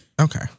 okay